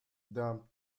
thumb